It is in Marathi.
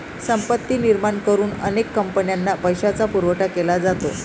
संपत्ती निर्माण करून अनेक कंपन्यांना पैशाचा पुरवठा केला जातो